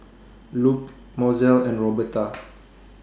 Lupe Mozell and Roberta